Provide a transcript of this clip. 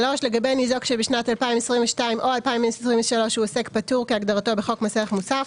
לגבי ניזוק שבשנת 2022 או 2023 הוא עוסק פטור כהגדרתו בחוק מס ערך מוסף,